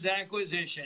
acquisition